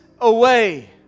away